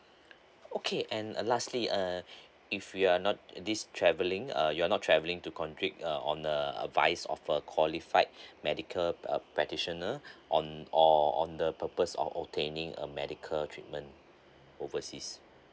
okay and uh lastly uh if you're not this travelling uh you're not travelling to contri~ on a advice of a qualified medical uh practitioner on or on the purpose of obtaining a medical treatment overseas